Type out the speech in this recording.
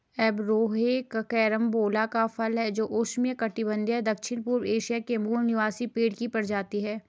Averrhoa carambola का फल है जो उष्णकटिबंधीय दक्षिणपूर्व एशिया के मूल निवासी पेड़ की प्रजाति है